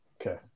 Okay